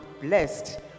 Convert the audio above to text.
blessed